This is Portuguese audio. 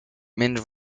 menos